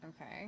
Okay